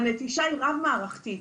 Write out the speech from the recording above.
הנטישה היא רב-מערכתית.